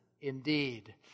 indeed